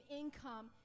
income